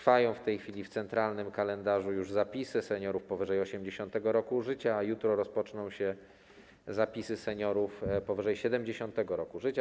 W tej chwili w centralnym kalendarzu trwają już zapisy seniorów powyżej 80. roku życia, a jutro rozpoczną się zapisy seniorów powyżej 70. roku życia.